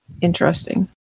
Interesting